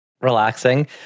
relaxing